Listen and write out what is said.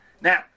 Now